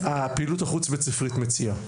שהפעילות החוץ בית ספרית מציעה.